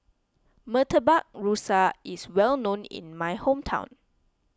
Murtabak Rusa is well known in my hometown